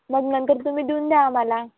मग नंतर तुम्ही देऊन द्या आम्हाला